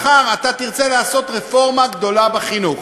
מחר אתה תרצה לעשות רפורמה גדולה בחינוך,